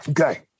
Okay